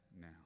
now